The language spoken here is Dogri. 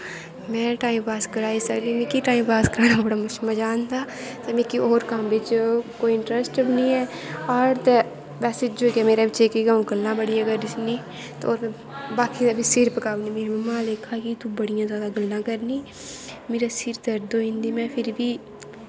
में टाईम पास कराई सकनी मिगी टाई पास कराना बड़ा मज़ा आंदा ते मिगी होर कम्म बिच्च कोई इंट्रस्ट बी नी ऐ आर्ट बैसे तां अऊं गल्लां बड़ियां क रनी ते बाकियें दा बी सिर पकाई ओड़नी मेरी मम्मी आक्खा दी तूं बड़ियां गल्लां करनी मेरै सिर दर्द होई जंदी में फिर बी